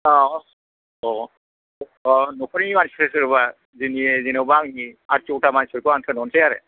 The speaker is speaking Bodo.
औ नखरनि मानसिफोर सोरबा जोंनि जेन'बा आंनि आथिर'था मानसिखौ थिनहरसै आरो